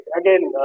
again